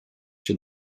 się